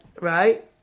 right